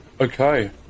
okay